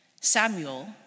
Samuel